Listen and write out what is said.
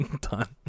Done